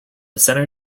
center